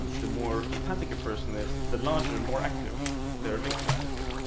the more empathic a person is, the larger and more active their amygdala is.